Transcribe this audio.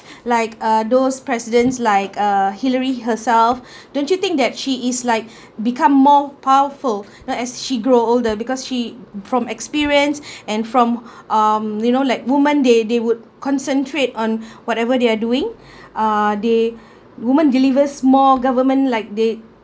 like uh those presidents like uh hillary herself don't you think that she is like become more powerful not as she grow older because she from experience and from um you know like women they they would concentrate on whatever they are doing uh they women delivers more government like they